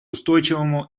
устойчивому